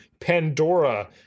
Pandora